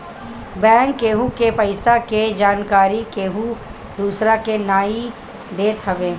bank केहु के पईसा के जानकरी केहू दूसरा के नाई देत हवे